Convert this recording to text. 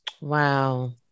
Wow